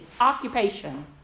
occupation